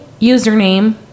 username